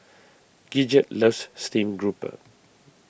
Gidget loves Stream Grouper